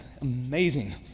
Amazing